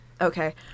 okay